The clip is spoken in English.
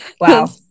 Wow